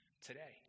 today